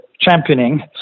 championing